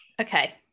okay